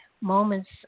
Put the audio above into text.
moments